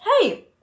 hey